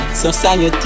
society